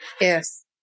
Yes